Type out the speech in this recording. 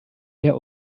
der